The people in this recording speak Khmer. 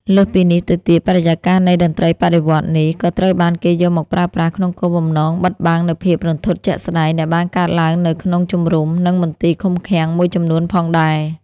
លើសពីនេះទៅទៀត បរិយាកាសនៃតន្ត្រីបដិវត្តន៍នេះ ក៏ត្រូវបានគេយកមកប្រើប្រាស់ក្នុងគោលបំណងបិទបាំងនូវភាពរន្ធត់ជាក់ស្ដែងដែលបានកើតឡើងនៅក្នុងជម្រុំ ឬមន្ទីរឃុំឃាំងមួយចំនួនផងដែរ។